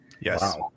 yes